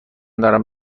دارم